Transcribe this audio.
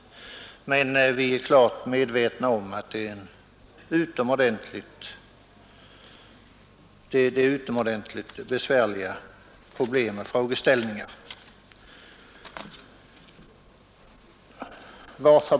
Vi är dock klart medvetna om att det gäller utomordentligt besvärliga problem och frågeställningar.